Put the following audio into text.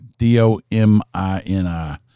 D-O-M-I-N-I